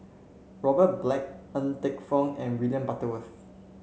Robert Black Ng Teng Fong and William Butterworth